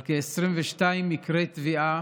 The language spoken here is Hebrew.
על כ-22 מקרי טביעה